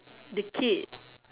dictate